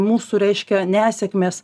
mūsų reiškia nesėkmės